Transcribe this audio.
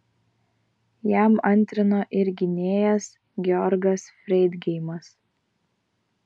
jam antrino ir gynėjas georgas freidgeimas